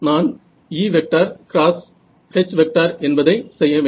நான் EH என்பதை செய்ய வேண்டும்